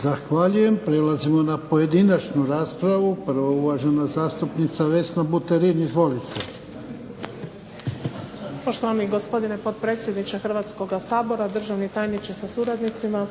Zahvaljujem. Prelazimo na pojedinačnu raspravu. Prvo je uvažena zastupnica Vesna Buterin. Izvolite. **Buterin, Vesna (HDZ)** Poštovani gospodine potpredsjedniče Hrvatskoga sabora, državni tajniče sa suradnicima,